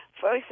first